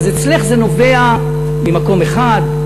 אז אצלך זה נובע ממקום אחד,